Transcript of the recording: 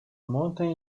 mountain